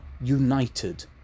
united